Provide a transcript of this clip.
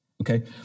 Okay